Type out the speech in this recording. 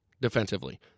defensively